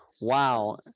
Wow